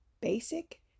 basic